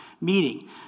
meeting